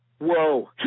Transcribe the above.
Whoa